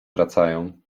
wracają